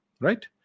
right